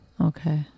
Okay